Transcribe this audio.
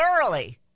thoroughly